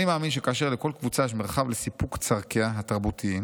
אני מאמין שכאשר לכל קבוצה יש מרחב לסיפוק צרכיה התרבותיים